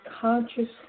consciously